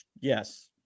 yes